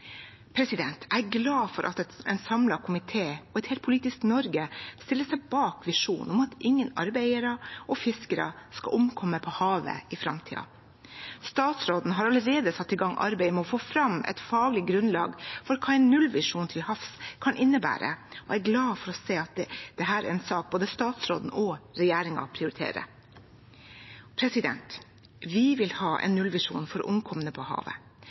Jeg er glad for at en samlet komité og et helt politisk Norge stiller seg bak visjonen om at ingen arbeidere og fiskere skal omkomme på havet i framtiden. Statsråden har allerede satt i gang arbeidet med å få fram et faglig grunnlag for hva en nullvisjon til havs kan innebære, og jeg er glad for å se at dette er en sak både statsråden og regjeringen prioriterer. Vi vil ha en nullvisjon for omkomne på havet.